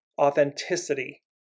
authenticity